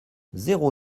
zéro